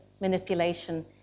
manipulation